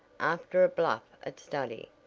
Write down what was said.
after a bluff study,